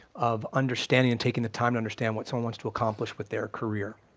of understanding and taking the time to understand what someone wants to accomplish with their career,